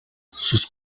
sus